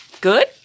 Good